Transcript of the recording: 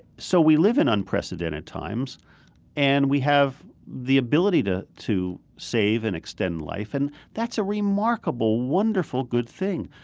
so we live in unprecedented times and we have the ability to to save and extend life and that's a remarkable, wonderful, good thing.